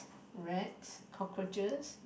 rats cockroaches